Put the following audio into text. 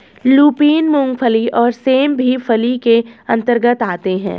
lupin, मूंगफली और सेम भी फली के अंतर्गत आते हैं